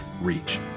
reach